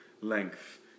length